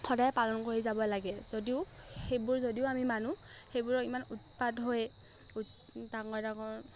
সদায় পালন কৰি যাব লাগে যদিও সেইবোৰ যদিও আমি মানো সেইবোৰৰ ইমান উৎপাত হয় উ ডাঙৰ ডাঙৰ